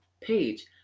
page